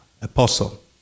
apostle